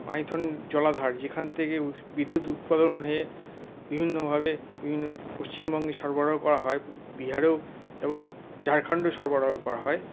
মাইথন জলাধার যেখান থেকে বিদ্যুৎ উৎপাদন হয়ে বিভিন্নভাবে পশ্চিমবঙ্গে সরবরাহ করা হয় বিহারেও এবং ঝাড়খন্ডেও সরবরাহ করা হয়